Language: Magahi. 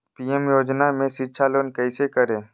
पी.एम योजना में शिक्षा लोन कैसे करें?